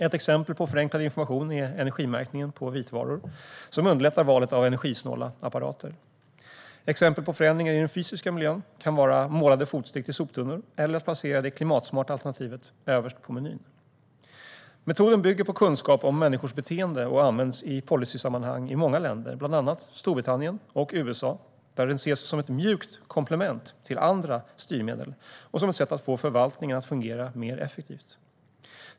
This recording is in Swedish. Ett exempel på förenklad information är energimärkningen på vitvaror, som underlättar valet av energisnåla apparater. Exempel på förändringar i den fysiska miljön kan vara målade fotsteg till soptunnor eller att det klimatsmarta alternativet placeras överst på menyn. Metoden bygger på kunskap om människors beteende och används i policysammanhang i många länder, bland annat Storbritannien och USA, där den ses som ett mjukt komplement till andra styrmedel och som ett sätt att få förvaltningen att fungera mer effektivt.